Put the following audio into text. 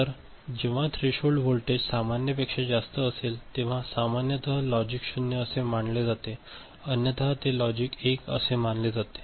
तर जेव्हा threshold voltage सामान्यपेक्षा जास्त असेल तेव्हा सामान्यत लॉजिक 0 असे मानले जाते अन्यथा ते लॉजिक 1 असे मानले जाते